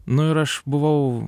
nu ir aš buvau